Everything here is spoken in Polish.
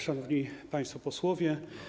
Szanowni Państwo Posłowie!